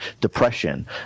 depression